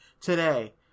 today